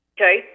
Okay